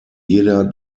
jeder